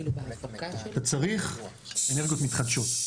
כי צריך אנרגיות מתחדשות.